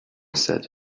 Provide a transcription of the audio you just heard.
said